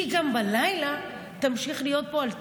היא גם בלילה תמשיך להיות פה על טבריה.